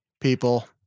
people